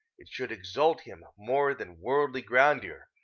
it should exalt him more than worldly grandeur,